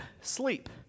sleep